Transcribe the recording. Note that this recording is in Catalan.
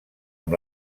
amb